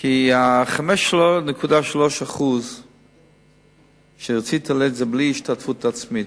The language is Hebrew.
כי ה-5.3% שרצית להעלות הם בלי השתתפות עצמית,